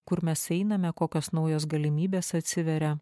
kur mes einame kokios naujos galimybės atsiveria